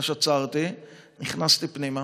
עצרתי, נכנסתי פנימה